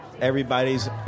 everybody's